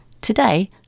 Today